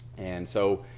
and so